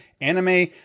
anime